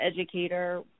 educator